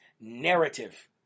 narrative